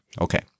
okay